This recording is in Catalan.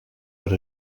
per